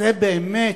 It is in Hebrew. זה באמת,